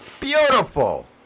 Beautiful